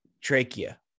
trachea